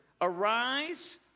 Arise